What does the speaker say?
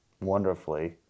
wonderfully